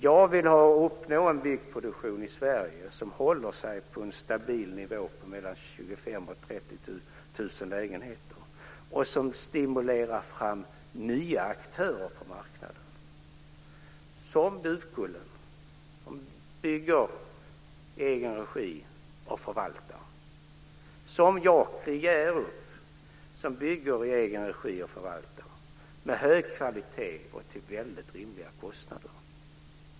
Jag vill uppnå en byggproduktion i Sverige som håller sig på en stabil nivå på 25 000-30 000 lägenheter och som stimulerar fram nya aktörer på marknaden, såsom Duvkullan som bygger i egen regi och förvaltar eller Jakri i Hjärup som bygger i egen regi och förvaltar med hög kvalitet och till väldigt rimliga kostnader.